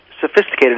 sophisticated